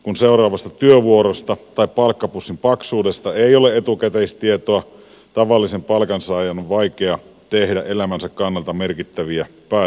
kun seuraavasta työvuorosta tai palkkapussin paksuudesta ei ole etukäteistietoa tavallisen palkansaajan on vaikea tehdä elämänsä kannalta merkittäviä päätöksiä